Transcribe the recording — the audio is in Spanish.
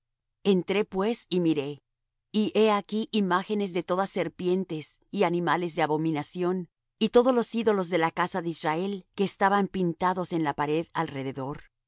entré pues y miré y he aquí imágenes de todas serpientes y animales de abominación y todos los ídolos de la casa de israel que estaban pintados en la pared alrededor